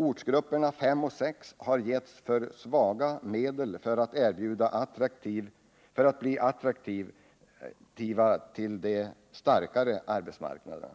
Ortsgrupperna 5 och 6 har getts för svaga medel för att bli alternativ till de starka arbetsmarknaderna.